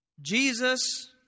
Jesus